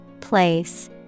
Place